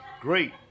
great